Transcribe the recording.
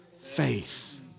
faith